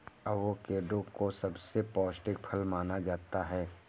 avocado को सबसे पौष्टिक फल माना जाता है